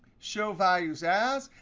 show values as.